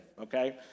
okay